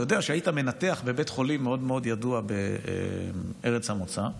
הוא יודע שהיית מנתח בבית חולים מאוד מאוד ידוע בארץ המוצא,